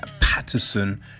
Patterson